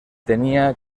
tenía